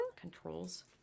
Controls